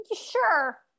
sure